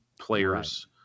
players